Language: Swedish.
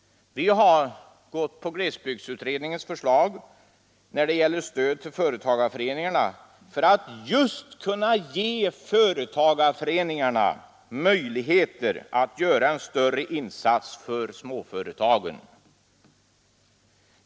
Vi har anslutit oss till glesbygdsutredningens förslag när det gäller stöd till företagarföreningar för att just kunna ge dessa möjligheter att göra en större insats för småföretagen.